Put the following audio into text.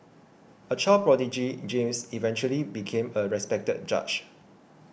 a child prodigy James eventually became a respected judge